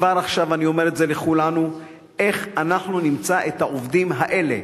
כבר עכשיו אני אומר זה לכולנו: איך אנחנו נמצא את העובדים האלה,